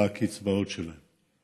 בקצבאות שלהם,